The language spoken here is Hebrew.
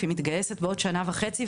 היא מתגייסת בעוד שנה וחצי,